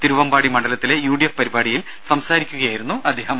തിരുവമ്പാടി മണ്ഡലത്തിലെ യുഡിഎഫ് പരിപാടിയിൽ സംസാരിക്കുകയായിരുന്നു അദ്ദേഹം